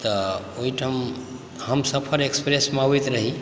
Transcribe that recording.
तऽ ओहिठाम हमसफ़र इक्स्प्रेसमे अबैत रही